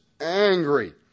angry